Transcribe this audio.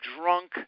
drunk